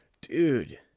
dude